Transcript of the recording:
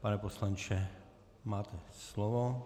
Pane poslanče, máte slovo.